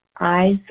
eyes